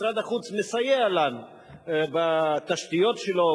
משרד החוץ מסייע לנו בתשתיות שלו,